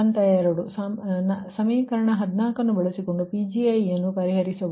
ಹಂತ 2 ಸಮೀಕರಣ 14 ಅನ್ನು ಬಳಸಿಕೊಂಡು Pgi ಅನ್ನು ಪರಿಹರಿಸಬಹುದು